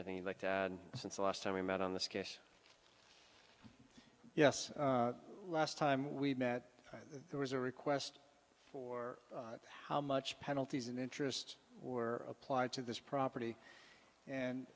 anything like that since the last time we met on the sketch yes last time we met there was a request for how much penalties and interest were applied to this property and